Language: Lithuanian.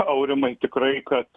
aurimai tikrai kad